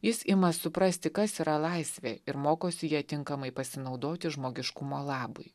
jis ima suprasti kas yra laisvė ir mokosi ja tinkamai pasinaudoti žmogiškumo labui